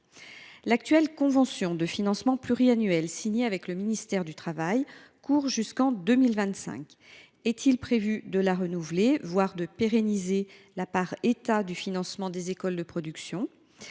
L’actuelle convention de financement pluriannuelle signée avec le ministère du travail court jusqu’en 2025. Est il prévu de la renouveler, voire de pérenniser la part « État » du financement des écoles de production ?